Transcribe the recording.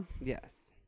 yes